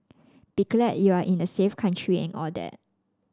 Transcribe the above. be glad you are in a safe country and all that